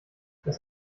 das